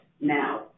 now